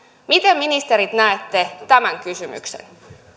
miten ministerit näette tämän kysymyksen